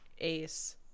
ace